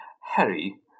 Harry